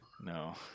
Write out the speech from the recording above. no